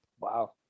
wow